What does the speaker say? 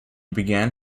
began